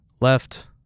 left